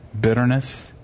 Bitterness